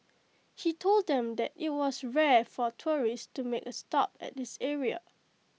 he told them that IT was rare for tourists to make A stop at this area